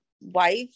wife